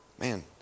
Man